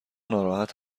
ناراحت